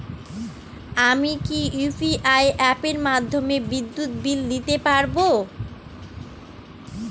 আমি কি ইউ.পি.আই অ্যাপের মাধ্যমে বিদ্যুৎ বিল দিতে পারবো কি?